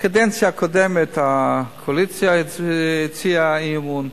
בקדנציה הקודמת הקואליציה הציעה אמון,